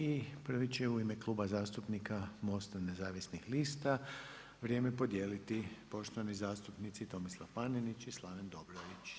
I prvi će u ime Kluba zastupnika MOST-a Nezavisnih lista vrijeme podijeliti poštovani zastupnici Tomislav Panenić i Slaven Dobrović.